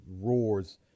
roars